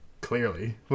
clearly